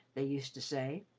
they used to say.